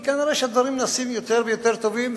כי כנראה שהדברים נעשים יותר ויותר טובים,